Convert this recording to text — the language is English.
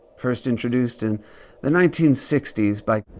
first introduced in the nineteen sixty s by.